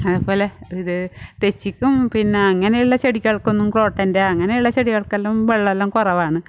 അതുപോലെ ഇത് തെച്ചിക്കും പിന്നെ അങ്ങനെയുള്ള ചെടികൾക്കൊന്നും കോട്ടൻ്റെ അങ്ങനെയുള്ള ചെടികൾക്കെല്ലാം വെള്ളമെല്ലാം കുറവാണ്